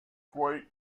quite